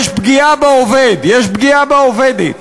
יש פגיעה בעובד, יש פגיעה בעובדת,